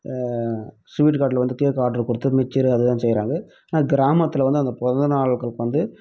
sweet கடையில் வந்து cake order கொடுத்து மிச்சர் அதெலாம் செய்கிறாங்க ஆனால் கிராமத்தில் வந்து அந்த பிறந்த நாள்களுக்கு வந்து